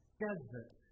desert